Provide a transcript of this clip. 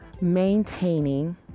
maintaining